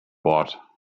bought